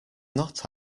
not